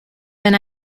wenn